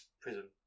prison